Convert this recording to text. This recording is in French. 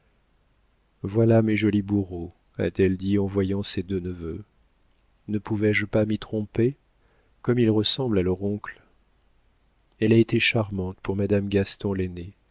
voilà mes jolis bourreaux a-t-elle dit en voyant ses deux neveux ne pouvais-je pas m'y tromper comme ils ressemblent à leur oncle elle a été charmante pour madame gaston